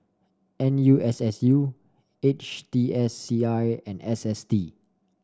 N U S S U H T S C I and S S T